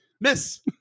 miss